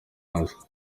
hasi